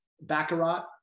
Baccarat